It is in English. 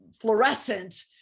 fluorescent